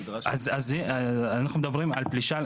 אז אנחנו מדברים עם פלישה.